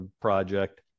project